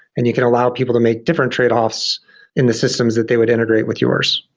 and you can allow people to make different trade-offs in the systems that they would integrate with yours.